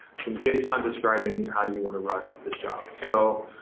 some json describing how you want to run this job. so,